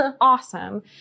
awesome